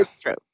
true